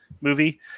movie